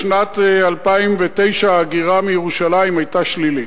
בשנת 2009 ההגירה מירושלים היתה שלילית.